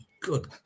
Good